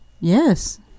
Yes